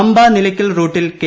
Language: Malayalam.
പമ്പ നിലയ്ക്കൽ റൂട്ടിൽ കെ